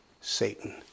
Satan